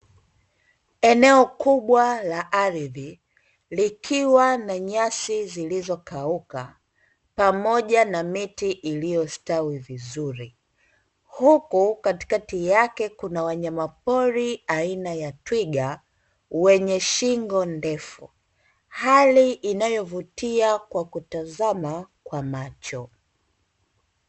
Eneo kubwa la ardhi likiwa na nyasi zilizokauka, pamoja na miti iliyostawi vizuri, huku katikati yake kuna wanyamapori aina ya twiga, wenye shingo ndefu hali inayovutia kwa kutazama kwa macho.